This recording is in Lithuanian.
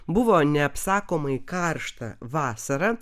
buvo neapsakomai karšta vasarą